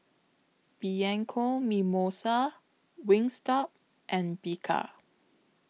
Bianco Mimosa Wingstop and Bika